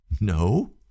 No